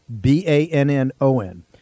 B-A-N-N-O-N